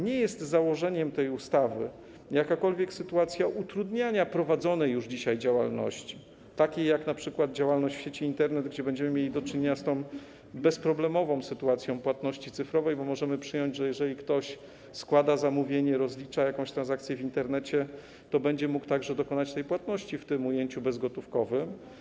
Nie jest założeniem tej ustawy jakakolwiek sytuacja utrudniania prowadzonej już dzisiaj działalności, takiej jak np. działalność w sieci Internet, gdzie będziemy mieli do czynienia z bezproblemową sytuacją płatności cyfrowej, bo możemy przyjąć, że jeżeli ktoś składa zamówienie, rozlicza jakąś transakcję w Internecie, to będzie mógł także dokonać płatności w ujęciu bezgotówkowym.